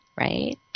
right